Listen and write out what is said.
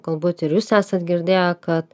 galbūt ir jūs esat girdėję kad